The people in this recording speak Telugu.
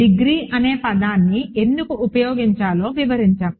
డిగ్రీ అనే పదాన్ని ఎందుకు ఉపయోగించాలో వివరించాము